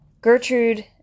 Gertrude